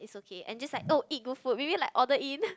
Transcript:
it's okay and just like oh eat good food maybe like order in